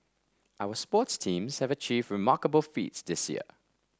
our sports teams have achieved remarkable feats this year